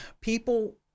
People